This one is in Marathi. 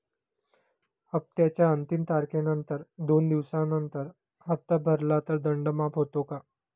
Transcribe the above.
हप्त्याच्या अंतिम तारखेनंतर दोन दिवसानंतर हप्ता भरला तर दंड माफ होतो का?